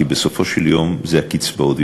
כי בסופו של דבר זה הקצבאות.